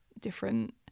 different